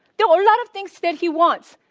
there were a lot of things that he wants,